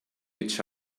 each